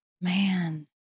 Man